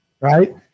right